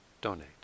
donate